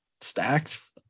stacks